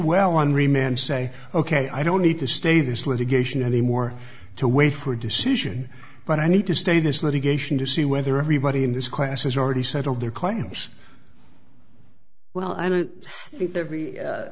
well on remand say ok i don't need to stay this litigation anymore to wait for a decision but i need to stay this litigation to see whether everybody in this class has already settled their claims well i don't think that